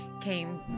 came